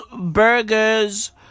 burgers